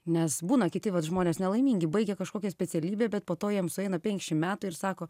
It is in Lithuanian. nes būna kiti vat žmonės nelaimingi baigia kažkokią specialybę bet po to jiem sueina penkšim metų ir sako